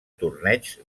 torneigs